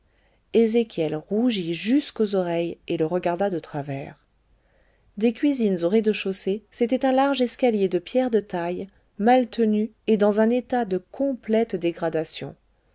ezéchiel rougit jusqu'aux oreilles et le regarda de travers des cuisines au rez-de-chaussée c'était un large escalier de pierre de taille mal tenu et dans un état de complète dégradation